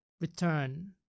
Return